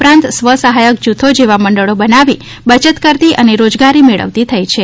ઉપરાંત સ્વ સહાયક જૂથો જેવા મંડળી બનાવી બયત કરતી અને રોજગારી મેળવતી થઈ છે